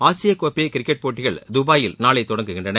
ஆசியக்கோப்பை கிரிக்கெட் போட்டிகள் துபயில் நாளை தொடங்குகின்றன